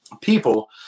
people